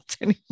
anymore